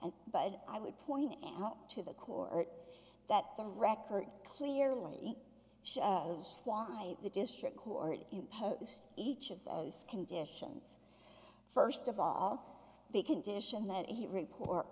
e but i would point out to the court that the record clearly shows why the district court imposed each of those conditions first of all the condition that he report